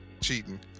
cheating